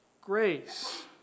grace